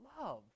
love